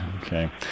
Okay